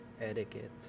Etiquette